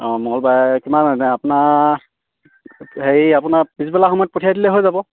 অঁ মঙ্গলবাৰে কিমান এনেই আপোনাৰ হেৰি আপোনাৰ পিছবেলা সময়ত পঠিয়াই দিলে হৈ যাব